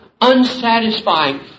unsatisfying